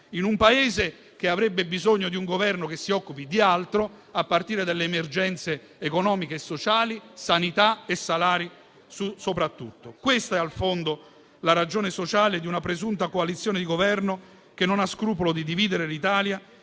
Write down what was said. in un Paese che avrebbe bisogno di un Governo che si occupi di altro, a partire dalle emergenze economiche e sociali; sanità e salari soprattutto. Questa è al fondo la ragione sociale di una presunta coalizione di Governo che non ha scrupolo di dividere l'Italia,